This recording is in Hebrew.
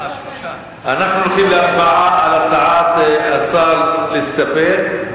אנחנו הולכים להצבעה על הצעת השר להסתפק.